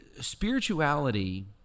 spirituality